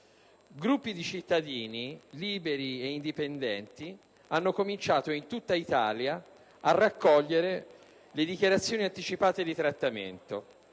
gruppi di cittadini, liberi e indipendenti, hanno cominciato in tutta Italia a raccogliere le dichiarazioni anticipate di trattamento.